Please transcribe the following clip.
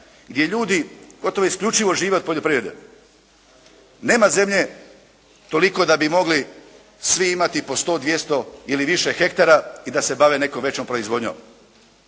gdje ljudi gotovo isključivo žive od poljoprivrede. Nema zemlje toliko da bi mogli svi imati po 100, 200 ili više hektara i da se bave nekom većom proizvodnjom.